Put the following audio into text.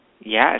Yes